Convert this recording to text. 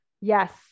Yes